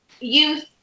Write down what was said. youth